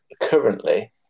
currently